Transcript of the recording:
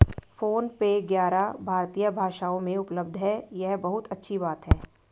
phone पे ग्यारह भारतीय भाषाओं में उपलब्ध है यह बहुत अच्छी बात है